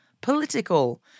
political